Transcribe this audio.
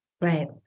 Right